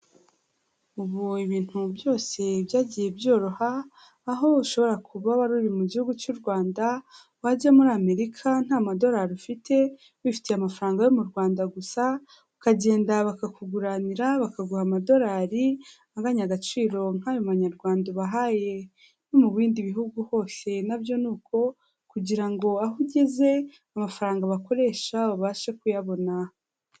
Ubu ibintu byose byagiye byoroha, aho ushobora kuba wa ruri mu gihugu cy'u Rwanda wajya muri Amerika nta madolari ufite, wifitiye amafaranga yo mu Rwanda gusa, ukagenda bakakuguranira bakaguha amadolari anganya agaciro nk'ayo manyarwanda ubahaye, no mu bindi bihugu hose nabyo ni uko, kugira ngo aho ugeze amafaranga bakoresha ubashe kuyabona.